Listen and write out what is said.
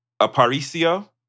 Aparicio